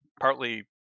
partly